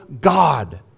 God